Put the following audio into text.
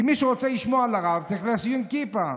כי מי שרוצה לשמוע לרב צריך לשים כיפה.